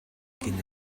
cyn